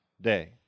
day